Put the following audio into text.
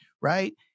right